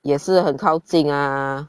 也是很靠近啊